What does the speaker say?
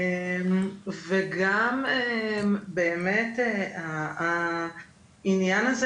וגם באמת העניין הזה